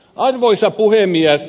arvoisa puhemies